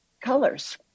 colors